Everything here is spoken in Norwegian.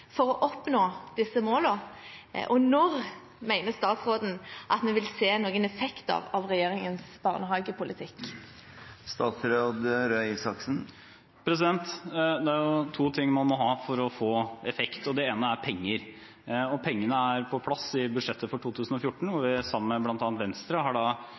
for å oppnå disse målene, og når mener statsråden at man vil se noen effekt av regjeringens barnehagepolitikk? Det er to ting man må ha for å få effekt. Det ene er penger, og pengene er på plass i budsjettet for 2014, hvor vi sammen med bl.a. Venstre har